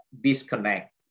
disconnect